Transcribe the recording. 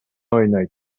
ойнойт